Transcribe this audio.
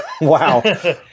wow